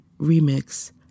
Remix